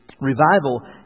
revival